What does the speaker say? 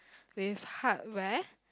with hardware